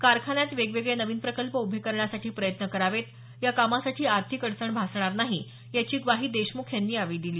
कारखान्यात वेगवेगळे नवीन प्रकल्प उभे करण्यासाठी प्रयत्न करावेत या कामासाठी आर्थिक अडचण भासणार नाही याची ग्वाही देशमुख यांनी यावेळी दिली